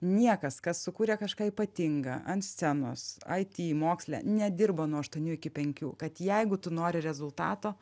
niekas kas sukūrė kažką ypatinga ant scenos it moksle nedirba nuo aštuonių iki penkių kad jeigu tu nori rezultato